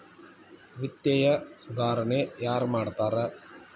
ವಿತ್ತೇಯ ಸುಧಾರಣೆ ಯಾರ್ ಮಾಡ್ತಾರಾ